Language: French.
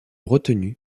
retenu